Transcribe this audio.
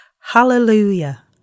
Hallelujah